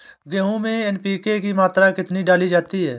गेहूँ में एन.पी.के की मात्रा कितनी डाली जाती है?